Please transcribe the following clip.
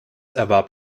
erwarb